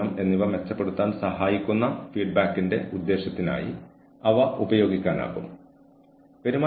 ഇരയും ആക്രമണകാരിയും തമ്മിലുള്ള സമ്പർക്കം ഒഴിവാക്കാൻ പ്രാഥമികമായി ജോലിയുടെ ഉത്തരവാദിത്തങ്ങൾ മാറ്റുക